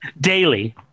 Daily